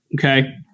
okay